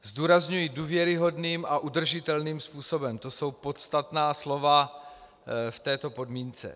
Zdůrazňuji důvěryhodným a udržitelným způsobem to jsou podstatná slova v této podmínce.